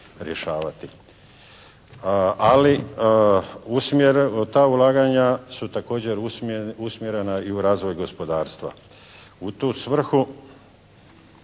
Ali ta ulaganja su također usmjerena i u razvoj gospodarstva. U tu svrhu,